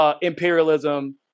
imperialism